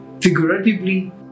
figuratively